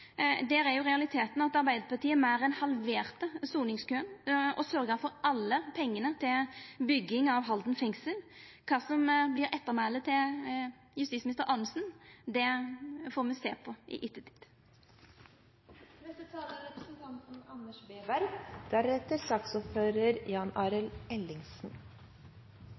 Der er realiteten at Arbeidarpartiet meir enn halverte soningskøen og sørgde for alle pengane til bygging av Halden fengsel. Kva som vert ettermælet til justisminister Anundsen, får me sjå i ettertid. La meg aller først si til foregående taler